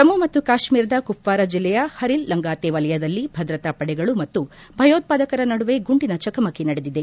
ಜಮ್ಮು ಮತ್ತು ಕಾಶ್ಮೀರದ ಕುಪ್ವಾರ ಜಿಲ್ಲೆಯ ಹರಿಲ್ ಲಂಗಾತೆ ವಲಯದಲ್ಲಿ ಭದ್ರತಾ ಪಡೆಗಳು ಮತ್ತು ಭಯೋತ್ಪಾದಕರ ನಡುವೆ ಗುಂಡಿನ ಚಕಮಕಿ ನಡೆದಿದೆ